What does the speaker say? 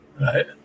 Right